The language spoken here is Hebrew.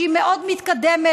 שהיא מאוד מתקדמת,